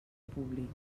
públic